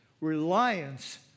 reliance